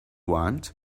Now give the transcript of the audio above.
want